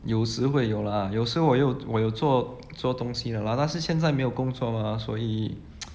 有时会有 lah 有时候我有我有做做东西 lah 但是现在没有工作 mah 所以